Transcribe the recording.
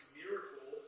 miracle